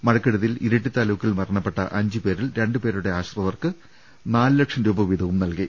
മഴക്കെടുതിയിൽ ഇരിട്ടി താലൂക്കിൽ മരണപ്പെട്ട അഞ്ചു പേരിൽ രണ്ട് പേരുടെ ആശ്രിതർക്ക് നാല് ലക്ഷം രൂപവീതവും നൽകി